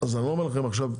אני לא אומר לכם עכשיו,